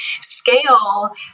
scale